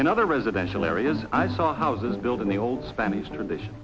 in other residential areas i saw houses built in the old spanish tradition